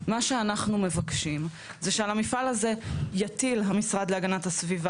מה שאנחנו מבקשים זה שעל המפעל הזה יטיל המשרד להגנת הסביבה